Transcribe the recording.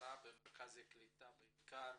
ההסברה במרכזי קליטה בעיקר,